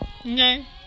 Okay